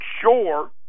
sure